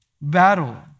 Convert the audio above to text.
battle